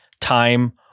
time